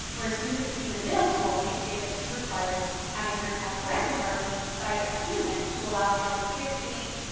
where a student's team and middle school may say that she requires, having her test read to her by a human to allow for repeated readings,